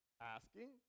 asking